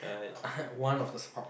one of the smart